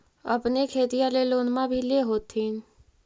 अपने खेतिया ले लोनमा भी ले होत्थिन?